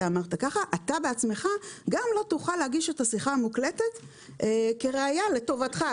אתה בעצמך גם לא תוכל להגיש את השיחה המוקלטת כראיה לטובתך.